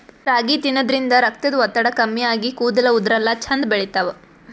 ರಾಗಿ ತಿನ್ನದ್ರಿನ್ದ ರಕ್ತದ್ ಒತ್ತಡ ಕಮ್ಮಿ ಆಗಿ ಕೂದಲ ಉದರಲ್ಲಾ ಛಂದ್ ಬೆಳಿತಾವ್